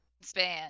span